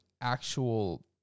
actual